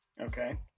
okay